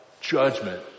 judgment